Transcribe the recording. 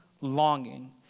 longing